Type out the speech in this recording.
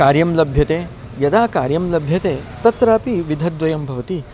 कार्यं लभ्यते यदा कार्यं लभ्यते तत्रापि विधद्वयं भवति